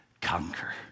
conquer